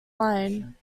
lynne